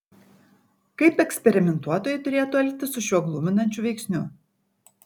kaip eksperimentuotojai turėtų elgtis su šiuo gluminančiu veiksniu